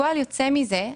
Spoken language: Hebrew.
כפועל יוצא מזה,